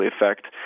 effect